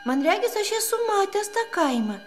man regis aš esu matęs tą kaimą